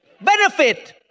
benefit